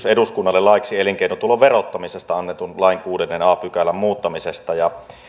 eduskunnalle laiksi elinkeinotulon verottamisesta annetun lain kuudennen a pykälän muuttamisesta